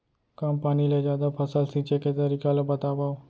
कम पानी ले जादा फसल सींचे के तरीका ला बतावव?